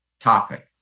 topic